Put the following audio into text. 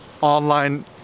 online